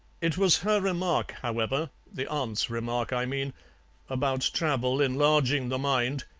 it was her remark, however the aunt's remark, i mean about travel enlarging the mind,